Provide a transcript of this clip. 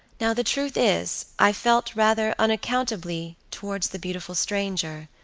now the truth is, i felt rather unaccountably towards the beautiful stranger.